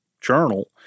journal